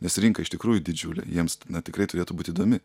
nes rinka iš tikrųjų didžiulė jiems tikrai turėtų būt įdomi